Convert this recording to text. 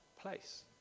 place